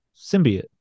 Symbiote